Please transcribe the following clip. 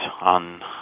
on